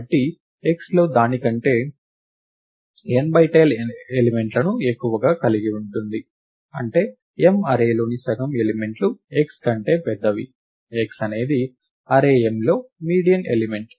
కాబట్టి x లో దాని కంటే n10 ఎలిమెంట్లను ఎక్కువగా కలిగి ఉంటుంది అంటే M అర్రేలోని సగం ఎలిమెంట్లు x కంటే పెద్దవి x అనేది అర్రే M లో మీడియన్ ఎలిమెంట్